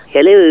Hello